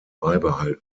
beibehalten